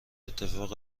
اتفاق